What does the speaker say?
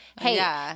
hey